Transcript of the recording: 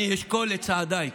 אשקול את צעדיי.